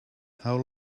how